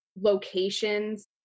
locations